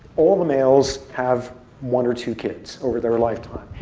all the males have one or two kids over their lifetime.